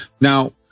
Now